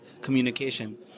communication